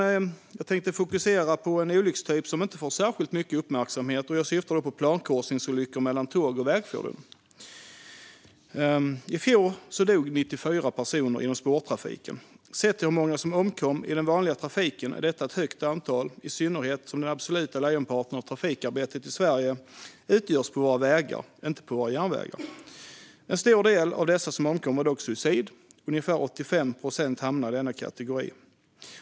Jag tänkte fokusera på en olyckstyp som inte får särskilt mycket uppmärksamhet: plankorsningsolyckor mellan tåg och vägfordon. I fjol dog 94 personer inom spårtrafiken. Sett till hur många som omkom i den vanliga trafiken är detta ett stort antal, i synnerhet som den absoluta lejonparten av trafikarbetet i Sverige utförs på våra vägar, inte på våra järnvägar. För en stor del av dem som omkom handlade det dock om suicid. Ungefär 85 procent hamnar i denna kategori.